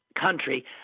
country